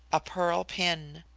a pearl pin.